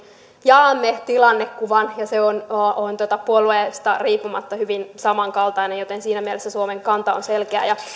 jaamme tilannekuvan ja se on on puolueesta riippumatta hyvin samankaltainen joten siinä mielessä suomen kanta on selkeä ja